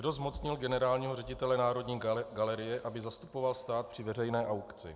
Kdo zmocnil generálního ředitele Národní galerie, aby zastupoval stát při veřejné aukci?